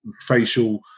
facial